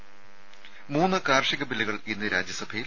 ത മൂന്ന് കാർഷിക ബില്ലുകൾ ഇന്ന് രാജ്യസഭയിൽ